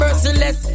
Merciless